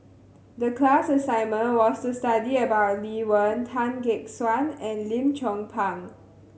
the class assignment was to study about Lee Wen Tan Gek Suan and Lim Chong Pang